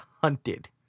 hunted